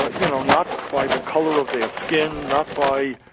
ah you know, not by the color of their skin, not by